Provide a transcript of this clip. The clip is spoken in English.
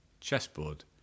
chessboard